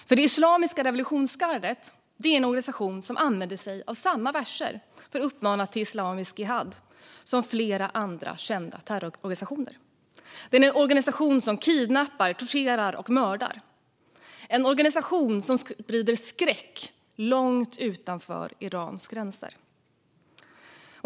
Det islamiska revolutionsgardet är en organisation som använder sig av samma verser för att uppmana till islamistisk jihad som flera andra kända terrororganisationer. Det är en organisation som kidnappar, torterar och mördar, en organisation som sprider skräck långt utanför Irans gränser.